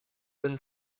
ten